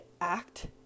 act